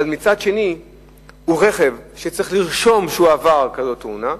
אבל מצד שני זה רכב שצריך לרשום שהוא עבר כזאת תאונה,